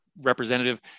representative